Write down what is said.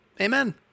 Amen